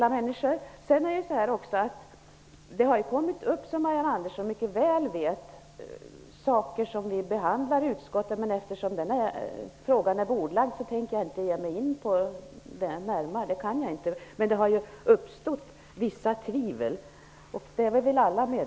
Som Marianne Andersson mycket väl vet har det i detta sammanhang också kommit upp en del andra saker till behandling i utskottet, men eftersom detta är bordlagt, kan jag inte närmare gå in på det. Vi är väl alla medvetna om att det har uppstått vissa tvivel på denna punkt.